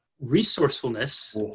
Resourcefulness